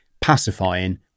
pacifying